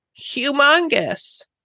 humongous